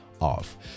off